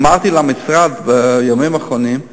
אמרתי למשרד בימים האחרונים: